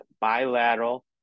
bilateral